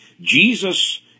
Jesus